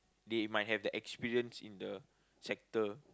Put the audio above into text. they might have the experience in the sector